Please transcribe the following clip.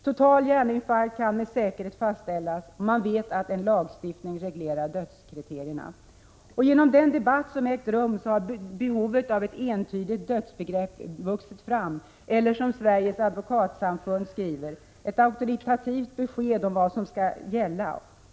Total hjärninfarkt kan med säkerhet fastställas, och man vet att en lagstiftning reglerar dödskriterierna. Genom den debatt som ägt rum har behovet av ett entydigt dödsbegrepp vuxit fram, eller som Sveriges advokatsamfund skriver: ”——— ett auktoritativt besked om vad som skall gälla.